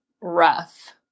rough